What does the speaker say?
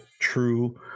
true